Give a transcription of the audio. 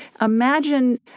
imagine